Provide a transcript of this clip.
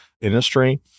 industry